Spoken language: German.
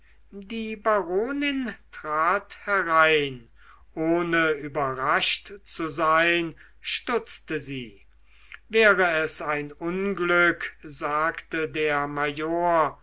die baronin trat herein ohne überrascht zu sein stutzte sie wäre es ein unglück sagte der